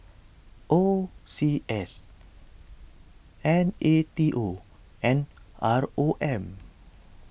O C S N A T O and R O M